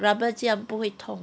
rubber 这样不会痛